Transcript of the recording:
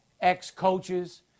ex-coaches